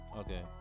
okay